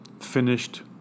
finished